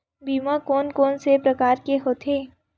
बीमा कोन कोन से प्रकार के होथे?